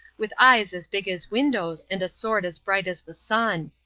with eyes as big as windows and a sword as bright as the sun.